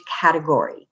category